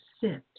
sit